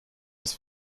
des